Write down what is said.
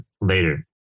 later